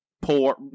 poor